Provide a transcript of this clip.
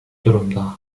durumda